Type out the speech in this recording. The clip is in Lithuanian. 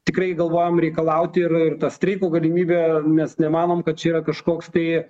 tikrai galvojam reikalauti ir ir ta streiko galimybė mes nemanom kad čia yra kažkoks tai